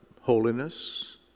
holiness